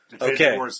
Okay